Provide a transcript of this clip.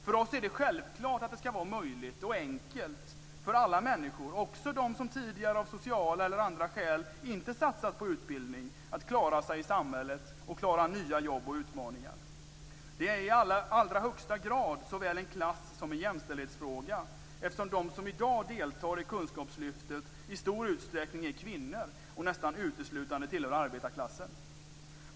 För oss är det självklart att det skall vara möjligt och enkelt för alla människor, också de som tidigare, av sociala eller andra skäl, inte satsat på utbildning att klara sig i samhället och klara nya jobb och utmaningar. Det är i allra högsta grad såväl en klass som en jämställdhetsfråga, eftersom de som i dag deltar i kunskapslyftet i stor utsträckning är kvinnor och nästan uteslutande tillhör arbetarklassen.